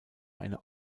eine